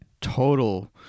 total